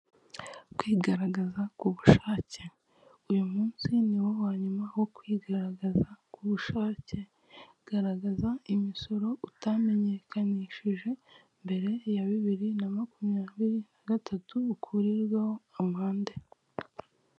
Kwigaragaza ku bushake uyu munsi ni wo wa nyuma wo kwigaragaza k'ubushake garagaza imisoro utamenyekanishije mbere ya bibiri na makumyabiri na gatatu ukurirwaho amande.